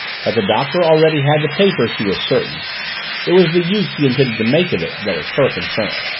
that the doctor already had the paper she was certain it was the use he intended to make of it that was her concern.